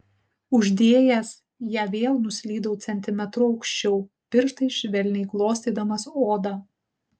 uždėjęs ją vėl nuslydau centimetru aukščiau pirštais švelniai glostydamas odą